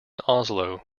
oslo